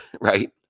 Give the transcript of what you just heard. right